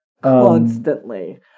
Constantly